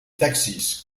taxis